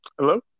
Hello